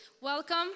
Welcome